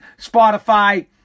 Spotify